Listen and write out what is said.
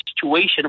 situation